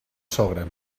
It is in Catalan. sogra